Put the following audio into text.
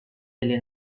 delle